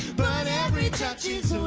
but every touch is